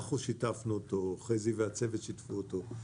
אנחנו שיתפנו אותו, חזי והצוות שיתפו אותו.